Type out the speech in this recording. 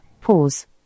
pause